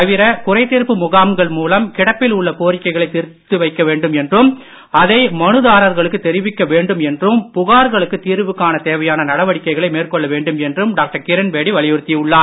தவிர குறை தீர்ப்பு முகாம்கள் மூலம் கிடப்பில் உள்ள கோரிக்கைகளை தீர்க்க வேண்டும் என்றும் அதை மனுதாரர்களுக்கு தெரிவிக்க வேண்டும் என்றும் புகார்களுக்கு தீர்வு காண தேவையான நடவடிக்கைகளை மேற்கொள்ள வேண்டும் என்றும் டாக்டர் கிரண்பேடி வலியுறுத்தியுள்ளார்